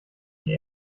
die